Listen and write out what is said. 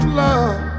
love